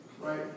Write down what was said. right